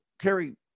Kerry